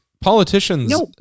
Politicians